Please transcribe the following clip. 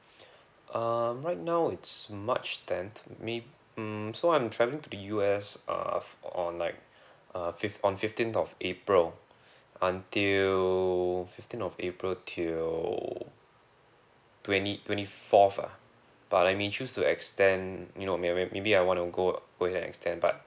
um right now it's march tenth maybe hmm so I'm travelling to the U_S uh on like uh fifth on fifteenth of april until fifteenth of april till twenty twenty fourth lah but I may choose to extend you know maybe maybe I want to go go and extend but